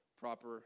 proper